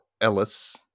Ellis